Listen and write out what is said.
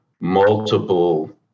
multiple